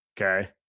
okay